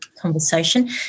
conversation